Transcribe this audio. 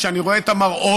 כשאני רואה את המראות,